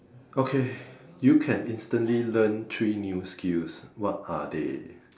okay you can instantly learn three new skills what are they